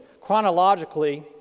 chronologically